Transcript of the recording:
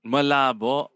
Malabo